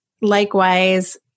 likewise